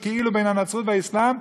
שכאילו היא בין הנצרות והאסלאם,